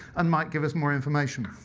and might give us more information.